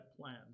plan